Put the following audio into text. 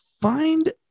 find